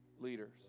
leaders